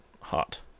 hot